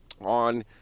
On